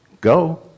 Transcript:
go